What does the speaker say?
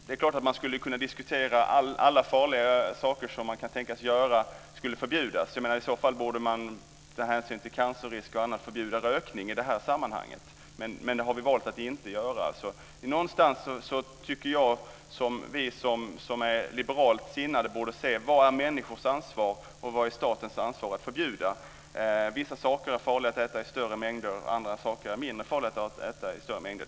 Det är klart att man skulle kunna diskutera om alla farliga saker som man kan tänkas göra skulle förbjudas. I så fall borde man med hänsyn till cancerrisken och annat förbjuda rökning i det här sammanhanget, men det har vi valt att inte göra. Så någonstans tycker jag att vi som är liberalt sinnade borde se vad som är människors ansvar och vad som är statens ansvar att förbjuda. Vissa saker är farliga att äta i större mängder. Andra saker är mindre farliga att äta i större mängder.